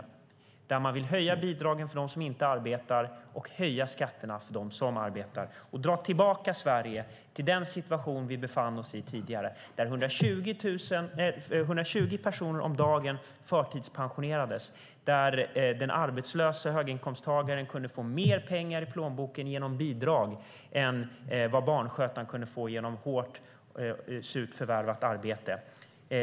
Det är en bidragslinje där man vill höja bidragen för dem som inte arbetar och höja skatterna för dem som arbetar och på så sätt dra tillbaka Sverige till den situation vi befann oss i tidigare, där 120 personer om dagen förtidspensionerades och där den arbetslösa höginkomsttagaren kunde få mer pengar i plånboken genom bidrag än de surt förvärvade pengar barnskötaren kunde få genom hårt arbete.